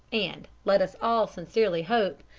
and, let us all sincerely hope,